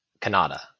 Canada